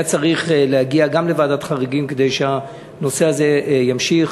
היה צריך להגיע גם לוועדת חריגים כדי שהנושא הזה ימשיך.